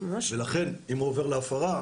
ולכן אם הוא עובר להפרה,